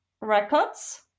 records